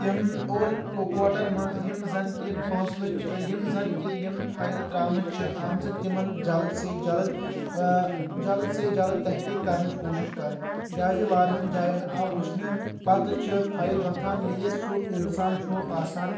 تِم اور کورٹن منٛز یِم زن کہِ فٲصلہٕ یِم زن کہِ یِم فایلہٕ ترٛاونہٕ چھِ آمژٕ تِمن جلد سے جلد جلد سے جلد تحقیٖق کرنٕچ کوٗشش کرٕنۍ کیٛازِ کہِ واریاہن جایَن آو وٕچھنہٕ پتہٕ چھِ فایِل وۄتھان ییٚلہِ سُہ انسان چھُ آسان